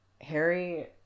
Harry